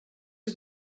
are